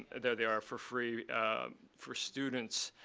there they are for free for students.